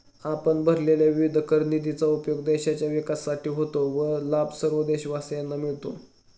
आपण भरलेल्या विविध कर निधीचा उपयोग देशाच्या विकासासाठी होतो व लाभ सर्व देशवासियांना मिळतो